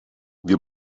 wir